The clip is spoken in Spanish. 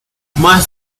más